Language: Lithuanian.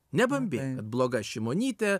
nebambėk kad bloga šimonytė